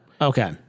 Okay